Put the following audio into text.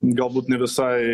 galbūt ne visai